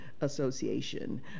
Association